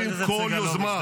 תודה.